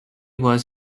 was